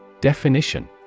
Definition